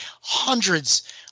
hundreds